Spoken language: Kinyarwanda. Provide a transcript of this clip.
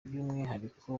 by’umwihariko